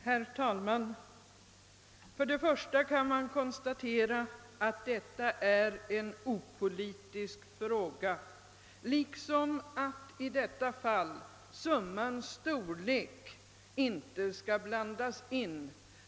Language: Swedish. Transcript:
Herr talman! Man kan konstatera, att detta är en opolitisk fråga, liksom att summans storlek inte skall blandas in, när man tar ställning till anslaget.